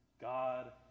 God